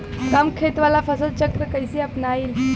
कम खेत वाला फसल चक्र कइसे अपनाइल?